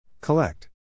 Collect